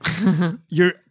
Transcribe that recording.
You're-